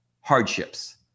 hardships